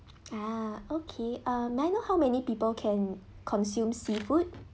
ah okay um may I know how many people can consume seafood